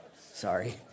Sorry